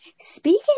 speaking